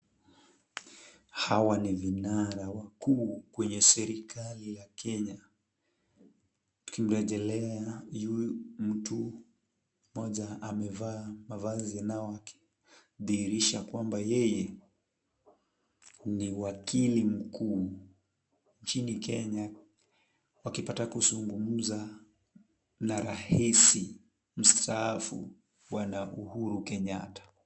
Hawa ni vinara wakuu kwenye serikali ya Kenya. Tukimrejelea mtu mmoja amevaa mavazi inayodhihirisha kuwa yeye ni wakili mkuu nchini Kenya wakipata kuzungumza na rais mstaafu, Bwana Uhuru kenyatta.